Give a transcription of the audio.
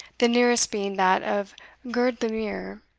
the nearest being that of gird-the-mear,